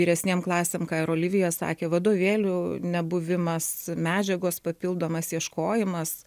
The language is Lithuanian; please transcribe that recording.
vyresnėm klasėm ką ir olivija sakė vadovėlių nebuvimas medžiagos papildomas ieškojimas